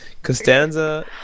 Costanza